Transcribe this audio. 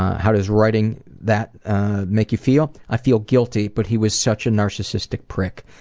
how does writing that make you feel i feel guilty, but he was such a narcissistic prick.